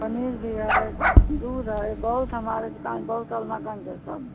पनीर भी है दूध है बहुत हमारे दुकान बहुत है सब